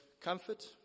comfort